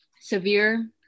severe